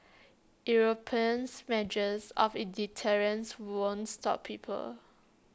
Europeans measures of deterrence won't stop people